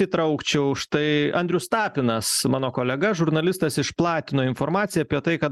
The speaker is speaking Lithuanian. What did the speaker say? įtraukčiau štai andrius tapinas mano kolega žurnalistas išplatino informaciją apie tai kad